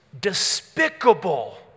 Despicable